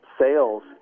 sales